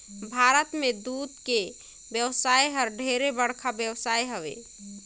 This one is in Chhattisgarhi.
भारत में दूद के बेवसाय हर ढेरे बड़खा बेवसाय हवे